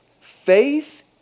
faith